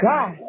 God